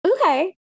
Okay